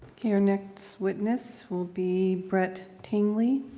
ok, our next witness will be brett tingley.